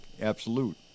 Absolute